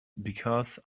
because